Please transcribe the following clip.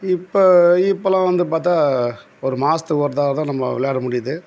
இப்போ இப்போல்லாம் வந்து பார்த்தா ஒரு மாதத்துக்கு ஒரு தடவை தான் நம்ம விளையாட முடியுது